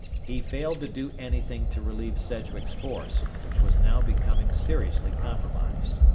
he failed to do anything to relieve sedgwick's force, which was now becoming seriously compromised.